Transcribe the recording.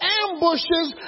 ambushes